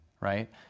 right